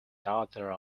daughter